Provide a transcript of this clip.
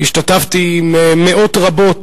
השתתפתי עם מאות רבות